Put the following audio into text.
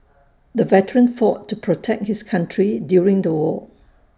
the veteran fought to protect his country during the war